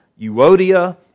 Euodia